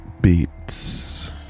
Beats